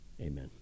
Amen